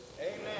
Amen